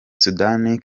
sudani